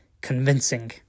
convincing